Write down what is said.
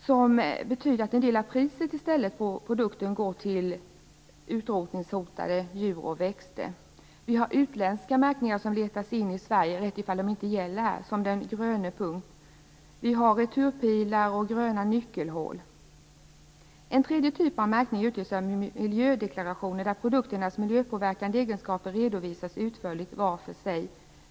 Det betyder att en del av priset av produkten i stället går till utrotningshotade djur och växter. Vi har utländska märkningar som letar sig in i Sverige, även om de inte gäller här, som den Gröne Punkt. Vi har returpilar och gröna nyckelhål. En annan typ av märkning är miljödeklarationer där produkternas miljöpåverkande egenskaper redovisas utförligt var för sig.